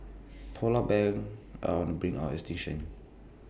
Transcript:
Polar Bears are on the brink of extinction